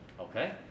Okay